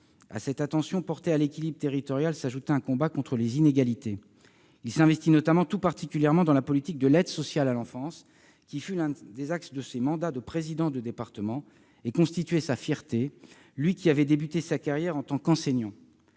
À cette attention portée à l'équilibre territorial s'ajoutait un combat contre les inégalités. Philippe Madrelle s'investit tout particulièrement dans la politique de l'aide sociale à l'enfance, qui constitua l'un des axes de ses mandats de président de département et fut sa fierté, lui qui avait débuté sa carrière en tant qu'enseignant.